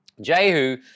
Jehu